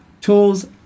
Tools